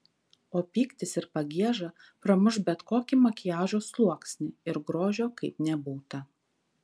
o pyktis ir pagieža pramuš bet kokį makiažo sluoksnį ir grožio kaip nebūta